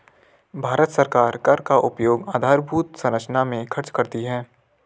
भारत सरकार कर का उपयोग आधारभूत संरचना में खर्च करती है